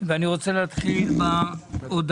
ואני רוצה להתחיל בעודפים.